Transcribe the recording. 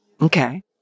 Okay